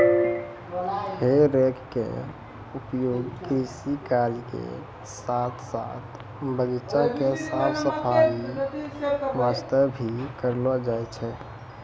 हे रेक के उपयोग कृषि कार्य के साथॅ साथॅ बगीचा के साफ सफाई वास्तॅ भी करलो जाय छै